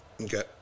Okay